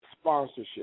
sponsorship